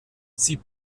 sie